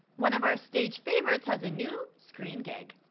one of our stage favorites has a new screen gig.